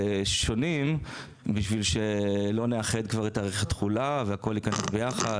שונים בשביל שלא נאחד את תאריך התחולה והכל ייכנס יחד,